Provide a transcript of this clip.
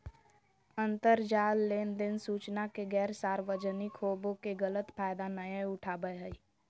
अंतरजाल लेनदेन सूचना के गैर सार्वजनिक होबो के गलत फायदा नयय उठाबैय हइ